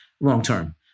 long-term